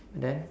then